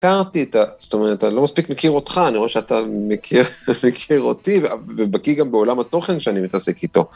‫הכרתי את ה... זאת אומרת, ‫לא מספיק מכיר אותך, ‫אני רואה שאתה מכיר אותי, ‫ובקי גם בעולם התוכן ‫שאני מתעסק איתו.